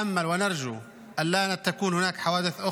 זו ההמלצה שלהם?